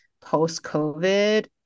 post-COVID